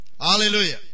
Hallelujah